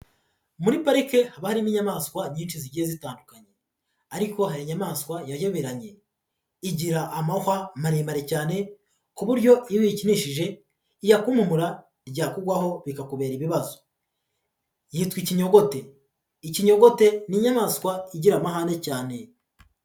Muri parike haba harimo inyamaswa nyinshi zigiye zitandukanye ariko hari inyamaswa yayoberanye, igira amahwa maremare cyane ku buryo iyo uyikinishije iyakunkumura ryakugwaho bikakubera ibibazo, yitwa ikinyogote, ikinyogote ni inyamaswa igira amahane cyane.